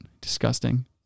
Disgusting